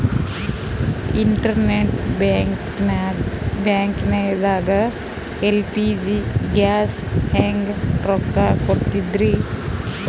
Internet banking ದಾಗ LPG ಗ್ಯಾಸ್ಗೆ ಹೆಂಗ್ ರೊಕ್ಕ ಕೊಡದ್ರಿ?